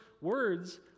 words